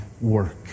work